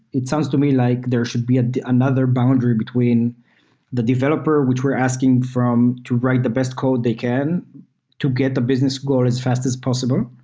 it sounds to me like there should be ah another boundary between the developer, which we're asking from to write the best code they can to get the business goal as fast as possible.